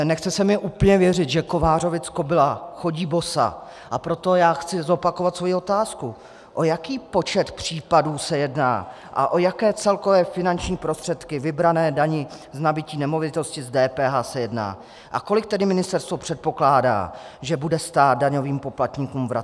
Nechce se mi úplně věřit, že kovářova kobyla chodí bosa, a proto chci zopakovat svoji otázku, o jaký počet případů se jedná a o jaké celkové finanční prostředky vybrané daně z nabytí nemovitosti z DPH se jedná, a kolik tedy ministerstvo předpokládá, že bude stát daňovým poplatníkům vracet.